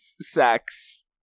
sex